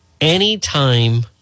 Anytime